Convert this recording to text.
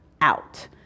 out